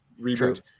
reboot